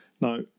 Now